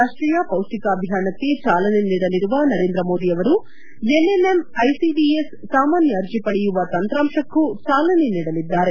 ರಾಷ್ಷೀಯ ಪೌಷ್ಟಿಕ ಅಭಿಯಾನಕ್ಕೆ ಚಾಲನೆ ನೀಡಲಿರುವ ನರೇಂದ್ರ ಮೋದಿಯವರು ಎನ್ಎನ್ಎಂ ಐಸಿಡಿಎಸ್ ಸಾಮಾನ್ಯ ಅರ್ಜೆ ಪಡೆಯುವ ತಂತ್ರಾಂಶಕ್ಕೂ ಚಾಲನೆ ನೀಡಲಿದ್ದಾರೆ